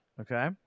Okay